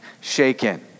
shaken